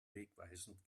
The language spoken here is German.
wegweisend